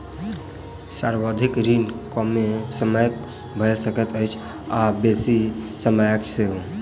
सावधि ऋण कमो समयक भ सकैत अछि आ बेसी समयक सेहो